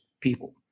people